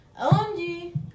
OMG